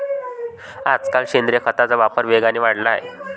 आजकाल सेंद्रिय खताचा वापर वेगाने वाढला आहे